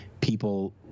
people